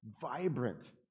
vibrant